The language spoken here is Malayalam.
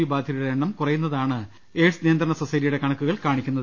വി ബാധിതരുടെ എണ്ണം കുറയുന്നതായാണ് എയ്ഡ്സ് നിയന്ത്രണ സൊസൈറ്റിയുടെ കണക്കുകൾ കാണിക്കുന്നത്